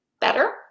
Better